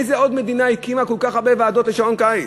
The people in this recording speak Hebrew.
איזה עוד מדינה הקימה כל כך הרבה ועדות לשעון קיץ?